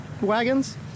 wagons